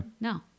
No